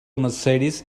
mercedes